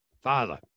Father